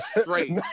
straight